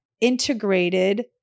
integrated